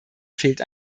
fehlt